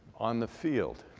on the field,